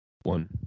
one